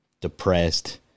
depressed